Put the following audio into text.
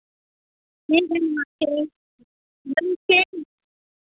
तीन दिन